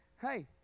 hey